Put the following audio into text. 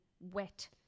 wet